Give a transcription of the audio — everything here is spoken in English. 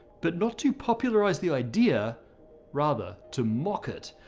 but not to popularize the idea rather to mock it.